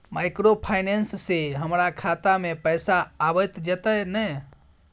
Microfinance से हमारा खाता में पैसा आबय जेतै न?